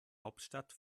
hauptstadt